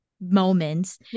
moments